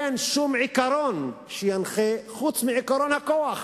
אין שום עיקרון שינחה חוץ מעקרון הכוח.